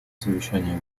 совещании